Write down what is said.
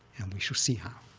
and we shall see how.